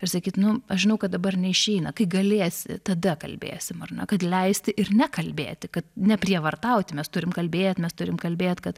ir sakyti nu aš žinau kad dabar neišeina kai galėsi tada kalbėsim ar ne kad leisti ir nekalbėti kad neprievartauti mes turim kalbėt mes turim kalbėt kad